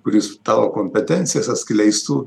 kuris tavo kompetencijas atskleistų